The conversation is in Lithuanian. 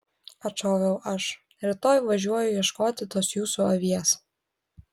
atšoviau aš rytoj važiuoju ieškoti tos jūsų avies